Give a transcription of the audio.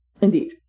Indeed